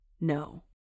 No